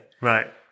Right